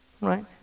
right